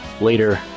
later